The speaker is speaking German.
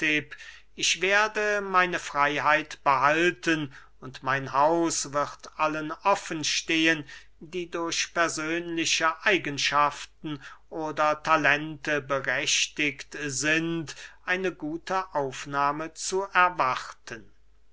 ich werde meine freyheit behalten und mein haus wird allen offen stehen die durch persönliche eigenschaften oder talente berechtigt sind eine gute aufnahme zu erwarten